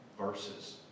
verses